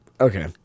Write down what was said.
okay